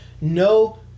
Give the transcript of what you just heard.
no